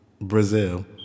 Brazil